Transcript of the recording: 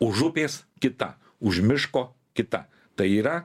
už upės kitą už miško kita tai yra